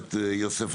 הכנסת יוסף